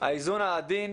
האיזון העדין,